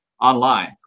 online